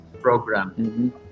program